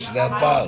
זה הפער.